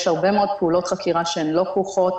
יש הרבה מאוד פעולות חקירה שלא כרוכות